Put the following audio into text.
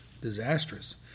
disastrous